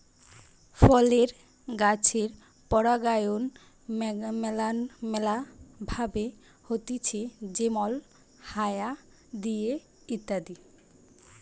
ফলের গাছের পরাগায়ন ম্যালা ভাবে হতিছে যেমল হায়া দিয়ে ইত্যাদি